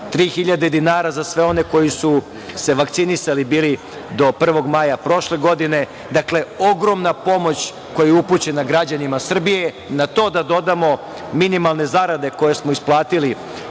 3.000 dinara za sve one koji su se vakcinisali bili do 1. maja prošle godine. Dakle, ogromna pomoć koja je upućena građanima Srbije, na to da dodamo minimalne zarade koje smo isplatili